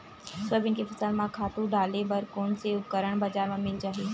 Soybean के फसल म खातु डाले बर कोन से उपकरण बजार म मिल जाहि?